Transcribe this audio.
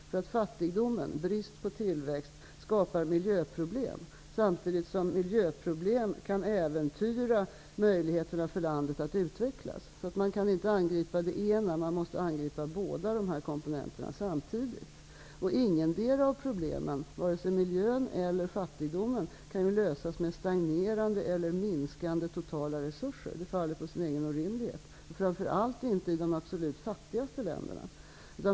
För fattigdomen, bristen på tillväxt, skapar miljöproblem, samtidigt som miljöproblem kan äventyra möjligheterna för landet att utvecklas. Man kan inte angripa det ena, man måste angripa båda de här komponenterna samtidigt. Ingendera av problemen, vare sig miljön eller fattigdomen, kan lösas med stagnerande eller minskande totala resurser. Det faller på sin egen orimlighet. Framför allt går det inte i de absolut fattigaste länderna.